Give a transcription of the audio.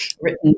written